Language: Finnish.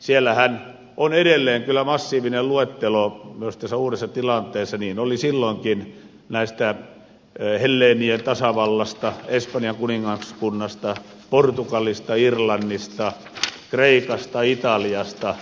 siellähän on edelleen kyllä massiivinen luettelo myös tässä uudessa tilanteessa niin oli silloinkin helleenien tasavallasta kreikasta espanjan kuningaskunnasta portugalista irlannista italiasta